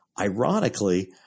ironically